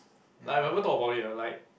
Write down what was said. like you ever thought about it ah like